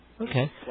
okay